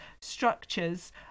structures